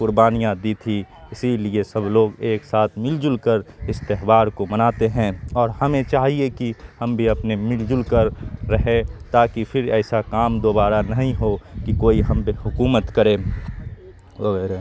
قربانیاں دی تھیں اسی لیے سب لوگ ایک ساتھ مل جل کر اس تہوار کو مناتے ہیں اور ہمیں چاہیے کہ ہم بھی اپنے مل جل کر رہیں تاکہ پھر ایسا کام دوبارہ نہیں ہو کہ کوئی ہم پہ حکومت کرے وغیرہ